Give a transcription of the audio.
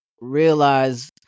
realize